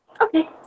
Okay